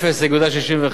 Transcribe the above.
צפויה להביא,